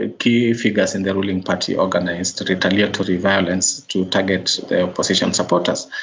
ah key figures in the ruling party organised retaliatory violence to target the opposition supporters.